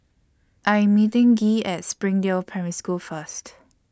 I Am meeting Gee At Springdale Primary School First